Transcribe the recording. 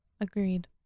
agreed